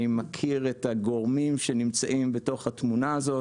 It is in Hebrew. אני מכיר את הגורמים שנמצאים בתוך התמונה הזאת.